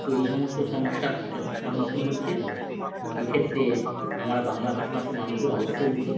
তো এই সমস্ত সসমস্যার সম্মুখীন হচ্ছে এক্ষেত্রে আমারা বাংলা ভাষা ভাষী মানুষদের অবশ্যই উচিত